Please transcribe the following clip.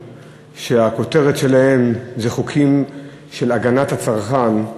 שהכותרת שלהם זה חוקים של הגנת הצרכן,